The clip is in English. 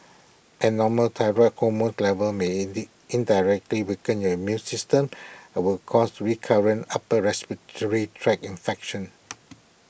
abnormal thyroid hormone levels may lid indirectly weaken your immune system and would cause recurrent upper respiratory tract infections